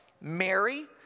Mary